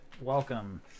welcome